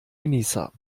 genießer